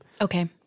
Okay